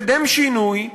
לקדם שינוי,